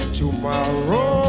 tomorrow